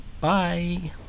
Bye